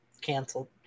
Canceled